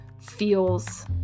feels